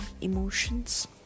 emotions